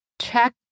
Check